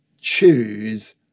Choose